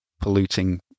polluting